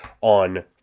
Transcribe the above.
on